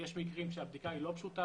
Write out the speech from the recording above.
יש מקרים שהבדיקה היא לא פשוטה,